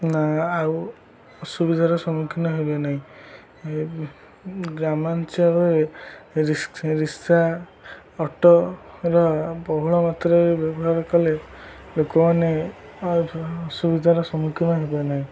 ନା ଆଉ ଅସୁବିଧାର ସମ୍ମୁଖୀନ ହେବେ ନାହିଁ ଗ୍ରାମାଞ୍ଚଳରେ ରିସ୍ ରିକ୍ସା ଅଟୋର ବହୁଳ ମାତ୍ରାରେ ବ୍ୟବହାର କଲେ ଲୋକମାନେ ଅସୁବିଧାର ସମ୍ମୁଖୀନ ହେବେ ନାହିଁ